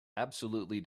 absolutely